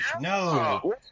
no